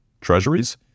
treasuries